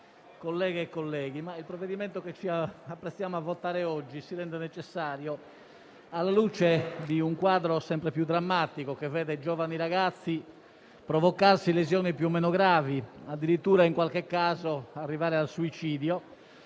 il provvedimento che ci apprestiamo a votare oggi si rende necessario alla luce di un quadro sempre più drammatico che vede giovani ragazzi provocarsi lesioni più o meno gravi, addirittura in qualche caso arrivando al suicidio,